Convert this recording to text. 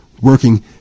working